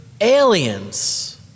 aliens